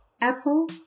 Apple